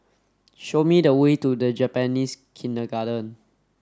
show me the way to Japanese Kindergarten